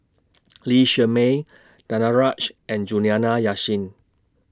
Lee Shermay Danaraj and Juliana Yasin